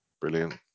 brilliant